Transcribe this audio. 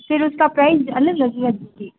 फिर उसका प्राइस अलग लगेगा दीदी